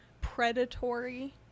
predatory